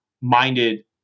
minded